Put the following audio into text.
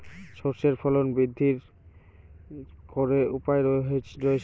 সর্ষের ফলন বৃদ্ধির কি উপায় রয়েছে?